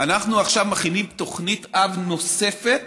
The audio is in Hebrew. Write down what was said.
אנחנו עכשיו מכינים תוכנית אב נוספת